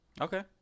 Okay